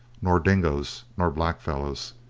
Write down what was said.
nor dingoes, nor black fellows.